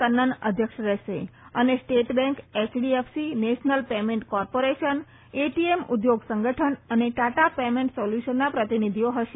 કન્નન અધ્યક્ષ રહેશે અને state bank HDFC national payment corporation ATM ઉદ્યોગ સંગઠન અને ટાટા પેમેન્ટ સોલ્યુશનના પ્રતિનીધિઓ ફશે